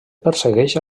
persegueix